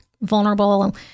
vulnerable